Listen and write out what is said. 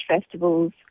festivals